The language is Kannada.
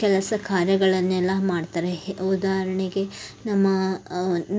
ಕೆಲಸ ಕಾರ್ಯಗಳನ್ನೆಲ್ಲ ಮಾಡ್ತಾರೆ ಉದಾಹರಣೆಗೆ ನಮ್ಮ